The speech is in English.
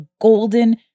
golden